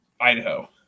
Idaho